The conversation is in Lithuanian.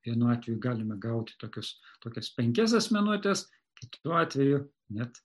vienu atveju galime gauti tokius tokias penkias asmenuotes kitu atveju net